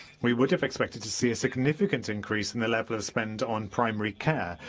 we would have expected to see a significant increase in the level of spend on primary care,